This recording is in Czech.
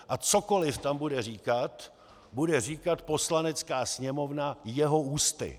A cokoli tam bude říkat, bude říkat Poslanecká sněmovna jeho ústy.